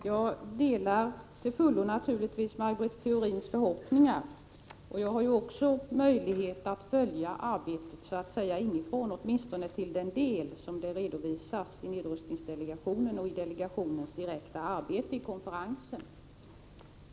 Herr talman! Jag delar naturligtvis till fullo Maj Britt Theorins förhoppningar. Jag har också möjlighet att följa arbetet inifrån, åtminstone till den del som det redovisas i nedrustningsdelegationen och i delegationens direkta arbete i konferensen.